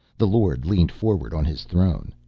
the lord leaned forward on his throne.